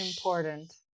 important